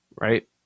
right